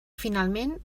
finalment